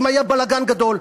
ואם היה בלגן גדול,